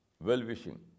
well-wishing